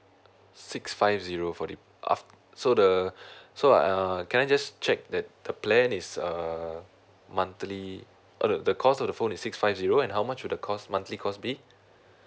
six five zero for the uh so the uh so uh can I just check that the plan is a monthly oh no the cost of the phone is six five zero and how much is the cost monthly cost be